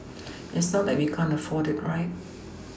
it's not like we can't afford it right